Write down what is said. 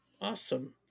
Awesome